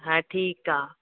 हा ठीकु आहे